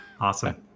awesome